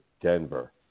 Denver